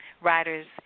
riders